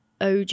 og